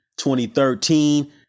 2013